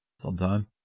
sometime